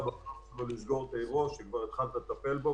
בעולם שלא נסגור את האירוע שהתחלנו לטפל בו.